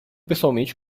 pessoalmente